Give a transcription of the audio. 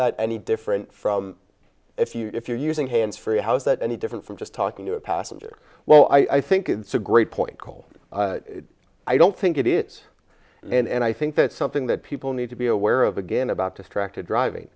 that any different from if you if you're using hands free how is that any different from just talking to a passenger well i think it's a great point call i don't think it is and i think that's something that people need to be aware of again about distracted driving